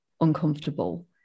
uncomfortable